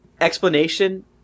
explanation